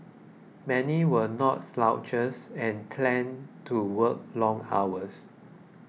many were no slouches and to work long hours